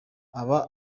aba